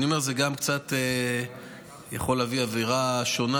אני אומר, זה גם קצת יכול להביא לאווירה שונה,